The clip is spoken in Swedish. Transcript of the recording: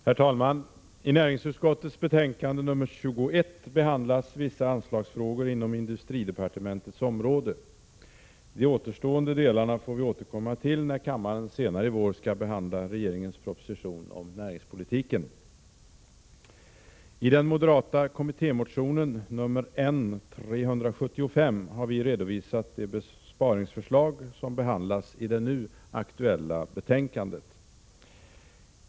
Herr talman! I näringsutskottets betänkande nr 21 behandlas vissa anslagsfrågor inom industridepartementets område. De återstående delarna får vi återkomma till när kammaren senare i vår skall behandla regeringens proposition om näringspolitiken. I den moderata kommittémotionen, nr N375, har vi redovisat de besparingsförslag som behandlas i det nu aktuella betänkandet.